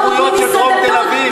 מה עם הזכויות של דרום תל-אביב?